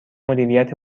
مدیریت